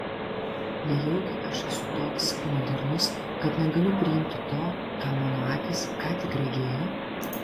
nejaugi aš esu toks modernus kad negaliu priimti to ką mano akys ką tik regėjo